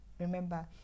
remember